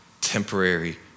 temporary